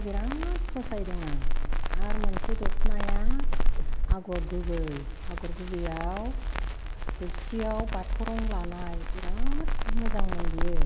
बिरात फसायदों आं आरो मोनसे दख'नाया आगर गुबै आगर गुबैयाव गुसथियाव बाथ' रं लानाय बिरात मोजांमोन बियो